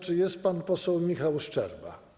Czy jest pan poseł Michał Szczerba?